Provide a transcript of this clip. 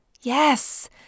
Yes